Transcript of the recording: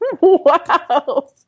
wow